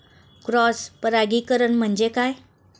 Cross परागीकरण म्हणजे काय?